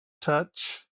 touch